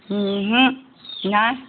উহোঁ নাই